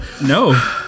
No